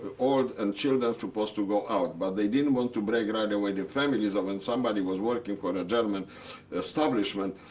old and children supposed to go out. but they didn't want to break right and away the families. so ah when somebody was working for a german establishment,